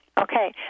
Okay